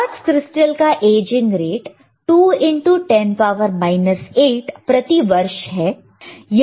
quartz crystal का ageing rate 2 into 10 8 प्रति वर्ष है